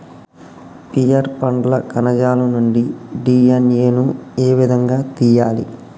Pear పండ్ల కణజాలం నుండి డి.ఎన్.ఎ ను ఏ విధంగా తియ్యాలి?